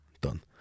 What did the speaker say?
done